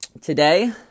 Today